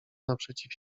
naprzeciw